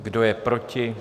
Kdo je proti?